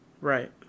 right